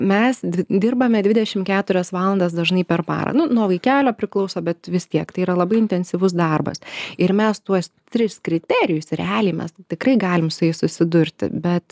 mes dvi dirbame dvidešim keturias valandas dažnai per parą nu nuo vaikelio priklauso bet vis tiek tai yra labai intensyvus darbas ir mes tuos tris kriterijus realiai mes tikrai galim su jais susidurti bet